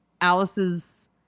Alice's